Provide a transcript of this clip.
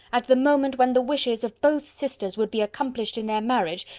at the moment when the wishes of both sisters would be accomplished in their marriage,